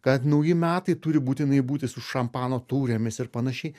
kad nauji metai turi būtinai būti su šampano taurėmis ir panašiai